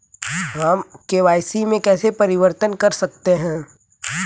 हम के.वाई.सी में कैसे परिवर्तन कर सकते हैं?